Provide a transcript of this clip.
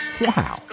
Wow